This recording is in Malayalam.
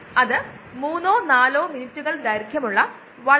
അതുകൊണ്ടാണ് ഈ mooc നെ നമ്മൾ ബയോറിയാക്ടർ എന്ന് വിളിക്കുന്നത്